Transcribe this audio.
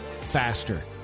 faster